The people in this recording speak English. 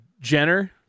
jenner